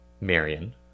Marion